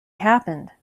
happened